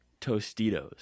Tostitos